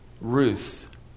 Ruth